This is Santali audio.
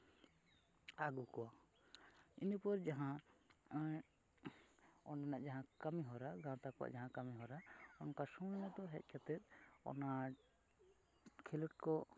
ᱟᱹᱜᱩ ᱠᱚᱣᱟ ᱤᱱᱟᱹᱯᱚᱨ ᱡᱟᱦᱟᱸ ᱚᱸᱰᱮᱱᱟᱜ ᱡᱟᱦᱟᱸ ᱠᱟᱹᱢᱤᱦᱚᱨᱟ ᱜᱟᱶᱛᱟ ᱠᱚᱣᱟᱜ ᱡᱟᱦᱟᱸ ᱠᱟᱹᱢᱤ ᱦᱚᱨᱟ ᱚᱱᱠᱟ ᱥᱚᱢᱚᱭ ᱢᱚᱛᱚ ᱦᱮᱡ ᱠᱟᱛᱮᱫ ᱚᱱᱟ ᱠᱷᱮᱞᱳᱰ ᱠᱚ